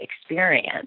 experience